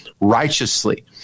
righteously